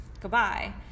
goodbye